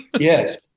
Yes